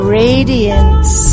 radiance